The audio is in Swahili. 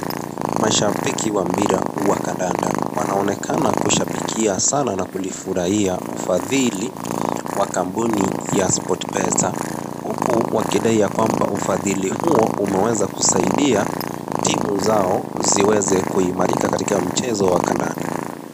Mashabiki wa mpira wa kandanda wanaonekana kushabikia Sana na kulifurahia ufadhili wa kampuni ya Sport Pesa, huku wakidai ya kwamba ufadhili huo umeweza kusaidia timu zao ziweze kuimarika katika mchezo wa kandanda.